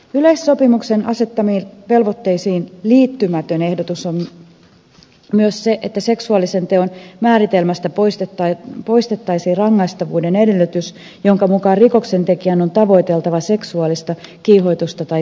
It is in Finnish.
yleissopimuksen asettamiin velvoitteisiin liittymätön ehdotus on myös se että seksuaalisen teon määritelmästä poistettaisiin rangaistavuuden edellytys jonka mukaan rikoksentekijän on tavoiteltava seksuaalista kiihotusta tai tyydytystä